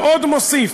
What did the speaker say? ועוד הוא מוסיף,